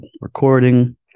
recording